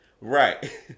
Right